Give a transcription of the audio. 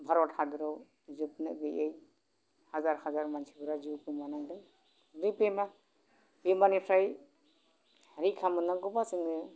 भारत हादराव जोबनो गैयै हाजार हाजार मानसिफोरा जिउ खोमानांदों बै बेमारनिफ्राय रैखा मोननांगौबा जोङो